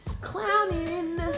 Clowning